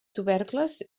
tubercles